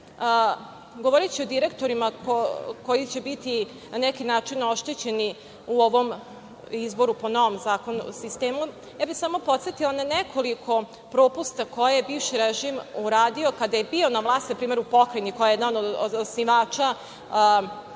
Govoreći o direktorima koji će biti, na neki način, oštećeni u ovom izboru po novom sistemu, ja bih samo podsetila na nekoliko propusta koje je bivši režim uradio kada je bio na vlasti, recimo, u Pokrajini, koja je jedan od osnivača